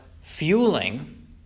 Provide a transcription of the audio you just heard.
fueling